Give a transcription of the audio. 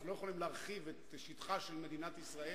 אנחנו לא יכולים להרחיב את שטחה של מדינת ישראל,